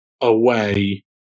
away